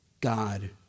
God